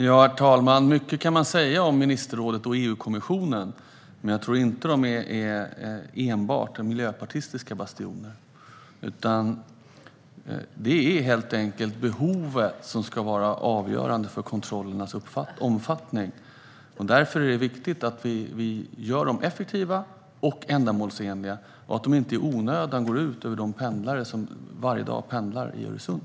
Herr talman! Mycket kan man säga om ministerrådet och EU-kommissionen, men jag tror inte att de enbart är miljöpartistiska bastioner. Det är helt enkelt behovet som ska vara avgörande för kontrollernas omfattning. Därför är det viktigt att vi gör dem effektiva och ändamålsenliga och att de inte i onödan går ut över de pendlare som varje dag pendlar över Öresund.